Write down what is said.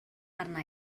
arna